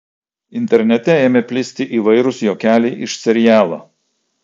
internete ėmė plisti įvairūs juokeliai iš serialo